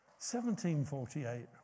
1748